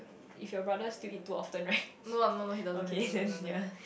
if your brother still eat too often right okay yea